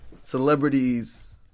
celebrities